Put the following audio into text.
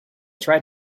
try